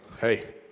hey